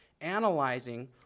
analyzing